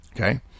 Okay